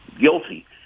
guilty